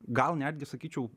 gal netgi sakyčiau